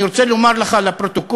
אני רוצה לומר לך לפרוטוקול,